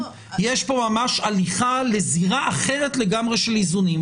יש פה ממש הליכה לזירה אחרת לגמרי של איזונים.